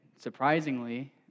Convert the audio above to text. surprisingly